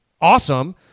awesome